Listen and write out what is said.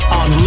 on